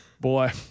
Boy